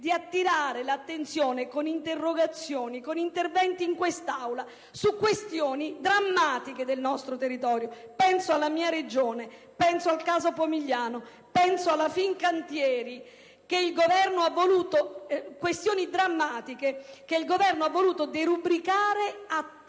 di attirare l'attenzione con interrogazioni ed interventi in Aula su questioni drammatiche del nostro territorio. Penso alla mia Regione, al caso Pomigliano, alla Fincantieri: questioni drammatiche che il Governo ha voluto derubricare a tavoli